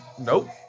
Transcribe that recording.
Nope